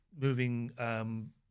moving